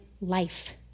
life